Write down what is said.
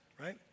right